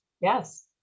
Yes